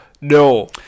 no